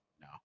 no